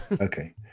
okay